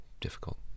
difficult